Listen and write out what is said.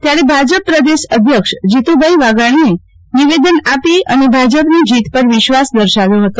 ત્યારે ભાજપ પ્રદેશ અધ્યક્ષ જીતુભાઈ વાઘાણીએ નિવેદન આપી અને ભાજપની જીત પર વિશ્વાસ દર્શાવ્યો છે